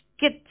get